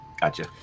gotcha